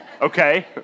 okay